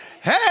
Hey